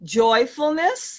joyfulness